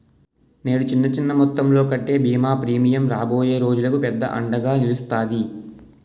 నేడు చిన్న చిన్న మొత్తంలో కట్టే బీమా ప్రీమియం రాబోయే రోజులకు పెద్ద అండగా నిలుస్తాది